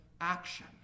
action